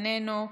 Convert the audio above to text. איננו,